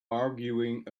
arguing